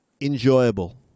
Enjoyable